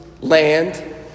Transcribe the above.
land